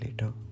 later